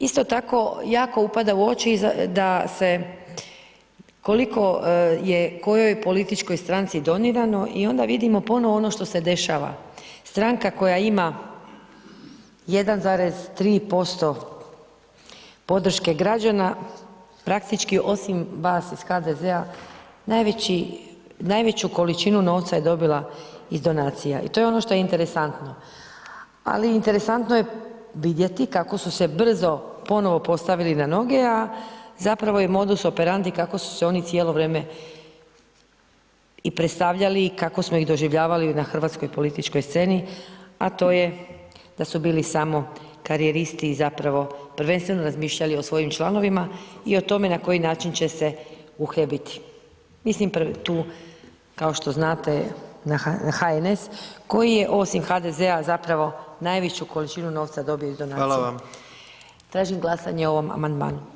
Isto tako, jako upada u oči da se, koliko je kojoj političkoj stranci donirano i onda vidimo ponovo ono što se dešava, stranka koja ima 1,3% podrške građana, praktički osim vas iz HDZ-a najveću količinu novca je dobila iz donacija i to je ono što je interesantno, ali interesantno je vidjeti kako su se brzo ponovo postavili na noge, a zapravo je modus operandi kako su se oni cijelo vrijeme i predstavljali i kako smo ih doživljavali na hrvatskoj političkoj sceni, a to je da su bili samo karijeristi i zapravo prvenstveno razmišljali o svojim članovima i o tome na koji način će se uhljebiti, mislim tu, kao što znate na HNS koji je osim HDZ-a zapravo najveću količinu novca dobio iz donacija [[Upadica: Hvala vam]] Tražim glasanje o ovom amandmanu.